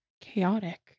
chaotic